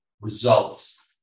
results